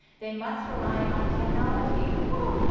they must rely on technology, well.